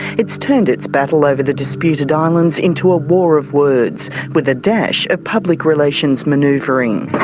it's turned its battle over the disputed ah islands into a war of words with a dash of public relations manoeuvring.